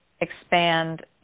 expand